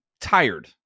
tired